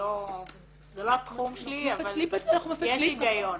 זה לא התחום שלי אבל יש היגיון.